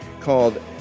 called